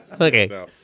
Okay